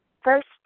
first